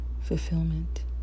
fulfillment